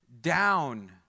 down